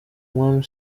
mwami